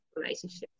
relationships